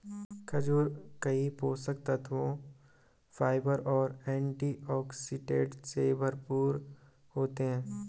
खजूर कई पोषक तत्वों, फाइबर और एंटीऑक्सीडेंट से भरपूर होते हैं